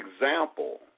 example